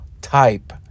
type